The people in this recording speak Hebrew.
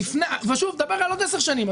אני מדבר על עוד עשר שנים.